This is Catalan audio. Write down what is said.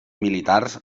militars